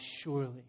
surely